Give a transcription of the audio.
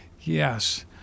Yes